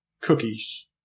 cookies